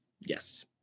Yes